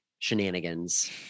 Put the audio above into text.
Shenanigans